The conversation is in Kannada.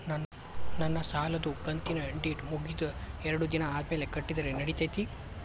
ನನ್ನ ಸಾಲದು ಕಂತಿನ ಡೇಟ್ ಮುಗಿದ ಎರಡು ದಿನ ಆದ್ಮೇಲೆ ಕಟ್ಟಿದರ ನಡಿತೈತಿ?